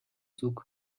зүг